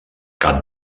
cap